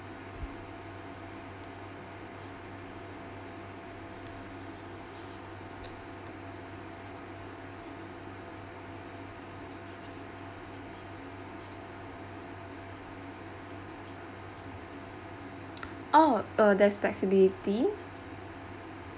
orh uh that's flexibility